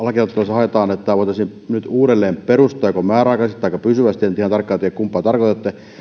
haetaan sitä että tämä voitaisiin nyt uudelleen perustaa joko määräaikaisesti taikka pysyvästi en nyt ihan tarkkaan tiedä kumpaa tarkoitatte